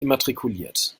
immatrikuliert